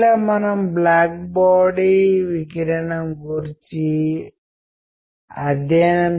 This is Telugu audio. లింగం మీరు పురుషుడు లేదా స్త్రీ అనేదానిపై ఆధారపడి వేరే ఏదైనా తాగడానికి మీరు ప్రభావితం కావచ్చు